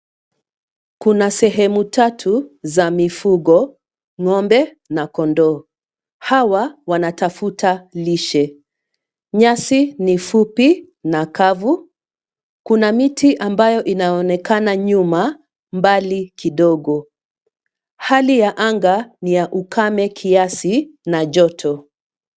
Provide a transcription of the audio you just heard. Kuna sehemu tatu, za mifugo, ng'ombe na kondoo, hawa, wanatafuta lishe, nyasi ni fupi na kavu, kuna miti ambayo inaonekana nyuma, mbali kidogo, hali ya anga ni ya ukame kiasi na joto.